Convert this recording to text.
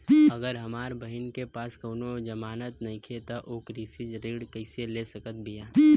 अगर हमार बहिन के पास कउनों जमानत नइखें त उ कृषि ऋण कइसे ले सकत बिया?